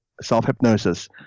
self-hypnosis